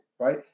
right